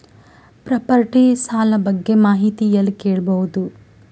Property ಸಾಲ ಬಗ್ಗೆ ಮಾಹಿತಿ ಎಲ್ಲ ಕೇಳಬಹುದು?